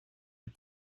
des